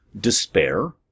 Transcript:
Despair